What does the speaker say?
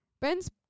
Ben's